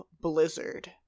Blizzard